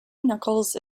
knuckles